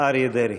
אריה דרעי.